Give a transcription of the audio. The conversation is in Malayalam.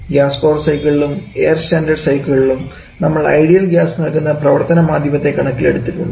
ഗ്യാസ് പവർ സൈക്കിളിലും എയർ സ്റ്റാൻഡേർഡ് സൈക്കിളിലും നമ്മൾ ഐഡിയൽ ഗ്യാസ് നൽകുന്ന പ്രവർത്തന മാധ്യമത്തെ കണക്കിൽ എടുത്തിട്ടുണ്ട്